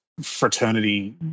fraternity